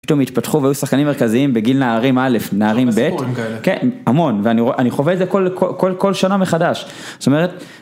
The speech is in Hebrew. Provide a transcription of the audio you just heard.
ופתאום התפתחו והיו שחקנים מרכזיים בגיל נערים א', נערים ב', המון, ואני חווה את זה כל שנה מחדש, זאת אומרת